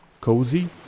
cozy